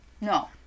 No